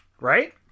right